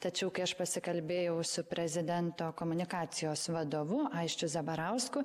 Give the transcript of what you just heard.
tačiau kai aš pasikalbėjau su prezidento komunikacijos vadovu aisčiu zabarausku